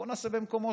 בואו נעשה במקומות